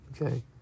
okay